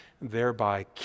thereby